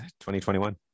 2021